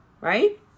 right